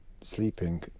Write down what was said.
sleeping